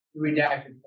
redacted